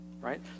Right